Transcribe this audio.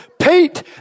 Pete